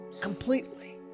completely